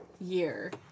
year